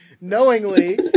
knowingly